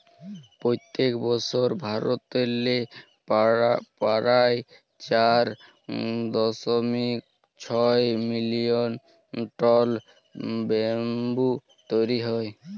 পইত্তেক বসর ভারতেল্লে পারায় চার দশমিক ছয় মিলিয়ল টল ব্যাম্বু তৈরি হ্যয়